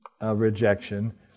rejection